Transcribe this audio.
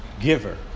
giver